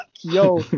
yo